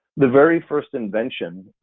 the very first invention,